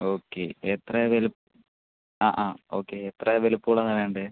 okay എത്ര വരും ആ ആ ഓക്കെ എത്ര വലുപ്പം ഉള്ളതാണ് വേണ്ടത്